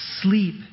sleep